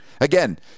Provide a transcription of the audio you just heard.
again